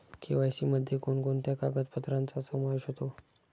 KYC मध्ये कोणकोणत्या कागदपत्रांचा समावेश होतो?